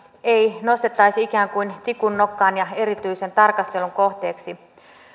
ei nostettaisi ikään kuin tikunnokkaan ja erityisen tarkastelun kohteeksi